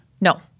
no